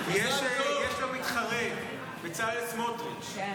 יש לו מתחרה, בצלאל סמוטריץ'.